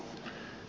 puhemies